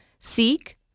Seek